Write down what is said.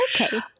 Okay